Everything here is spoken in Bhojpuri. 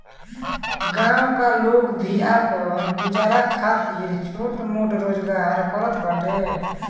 गांव का लोग भी आपन गुजारा खातिर छोट मोट रोजगार करत बाटे